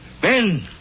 Ben